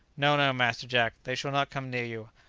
no, no, master jack, they shall not come near you.